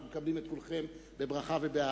אנחנו מקבלים את כולכם בברכה ובאהבה.